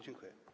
Dziękuję.